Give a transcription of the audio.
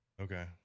Okay